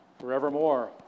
forevermore